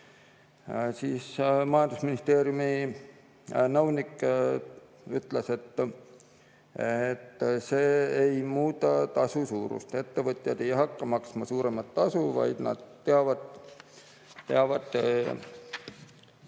[Justiitsministeeriumi] nõunik ütles, et see ei muuda tasu suurust. Ettevõtjad ei hakka maksma suuremat tasu, vaid nad teavad ette,